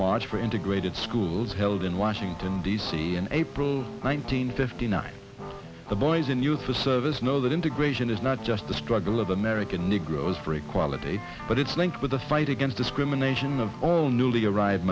march for integrated schools held in washington d c in april nineteenth fifty nine the boys and youth for service know that integration is not just the struggle of american negroes for equality but it's linked with the fight against discrimination of all newly arrived